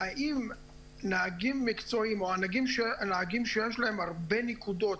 האם נהגים מקצועיים או נהגים שיש להם הרבה נקודות,